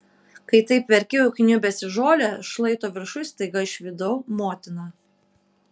kai taip verkiau įkniubęs į žolę šlaito viršuj staiga išvydau motiną